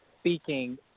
speaking